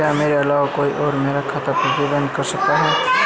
क्या मेरे अलावा कोई और मेरा खाता प्रबंधित कर सकता है?